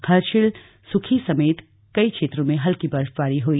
हर्षिल सुखी समेत कई क्षेत्रों में हल्की बर्फबारी हुई